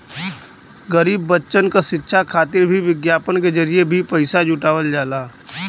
गरीब बच्चन क शिक्षा खातिर भी विज्ञापन के जरिये भी पइसा जुटावल जाला